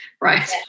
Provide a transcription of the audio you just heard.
Right